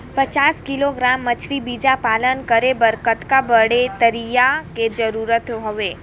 पचास किलोग्राम मछरी बीजा पालन करे बर कतका बड़े तरिया के जरूरत हवय?